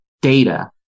data